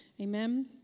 Amen